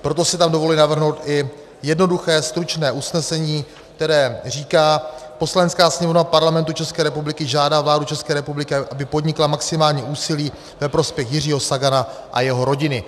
Proto si dovoluji navrhnout jednoduché, stručné usnesení, které říká: Poslanecká sněmovna Parlamentu České republiky žádá vládu České republiky, aby podnikla maximální úsilí ve prospěch Jiřího Sagana a jeho rodiny.